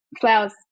flowers